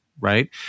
Right